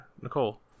Nicole